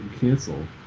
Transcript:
cancel